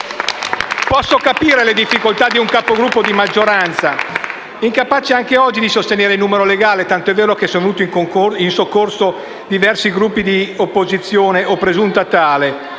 Posso capire le difficoltà di un Capogruppo di maggioranza, incapace anche oggi di sostenere il numero legale, tanto è vero che sono venuti in soccorso diversi Gruppi di opposizione o presunta tale,